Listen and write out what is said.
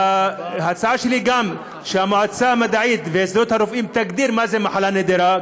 ההצעה שלי היא גם שהמועצה המדעית בהסתדרות הרופאים תגדיר מחלה נדירה,